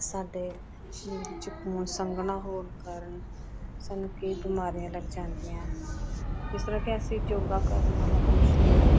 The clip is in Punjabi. ਸਾਡੇ ਸਰੀਰ ਵਿੱਚ ਖੂਨ ਸੰਘਣਾ ਹੋਣ ਕਾਰਨ ਸਾਨੂੰ ਕਈ ਬਿਮਾਰੀਆਂ ਲੱਗ ਜਾਂਦੀਆਂ ਹੈ ਜਿਸ ਤਰ੍ਹਾਂ ਕਿ ਅਸੀਂ ਯੋਗਾ ਕਰਨ ਨਾਲ ਆਪਣੇ ਸਰੀਰ ਨੂੰ